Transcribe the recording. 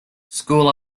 school